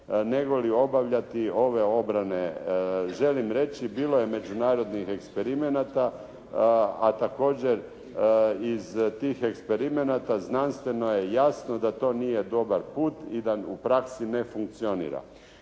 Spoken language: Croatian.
negoli obavljati ove obrane. Želim reći bilo je međunarodnih eksperimenata a također iz tih eksperimenata znanstveno je jasno da to nije dobar put i da u praksi ne funkcionira.